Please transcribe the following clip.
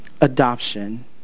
Adoption